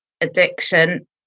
addiction